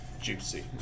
juicy